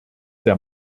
der